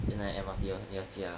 原来 M_R_T hor 你要加